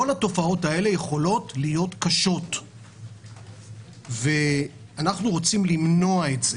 כל התופעות האלה יכולות להיות קשות ואנחנו רוצים למנוע את זה.